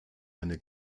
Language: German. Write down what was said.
eine